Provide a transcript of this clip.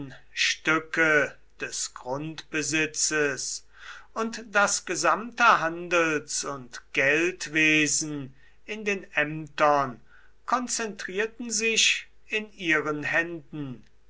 stücke des grundbesitzes und das gesamte handels und geldwesen in den ämtern konzentrierten sich in ihren händen